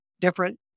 different